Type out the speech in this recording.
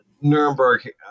Nuremberg